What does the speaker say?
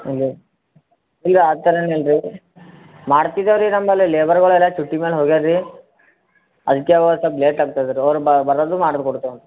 ಇಲ್ಲ ಇಲ್ಲ ಆ ಥರ ಏನೂ ಇಲ್ಲ ರೀ ಮಾಡ್ತಿದ್ದೇವೆ ರೀ ನಮ್ಮಲ್ಲಿ ಲೇಬರ್ಗಳೆಲ್ಲ ಚುಟ್ಟಿ ಮೇಲ್ ಹೋಗ್ಯಾರೆ ರೀ ಅದಕ್ಕೆ ಅವು ಸ್ವಲ್ಪ ಲೇಟ್ ಆಗ್ತದೆ ರೀ ಅವರು ಬರೋದು ಮಾಡ್ಕೊಡ್ತೇವಂತೆ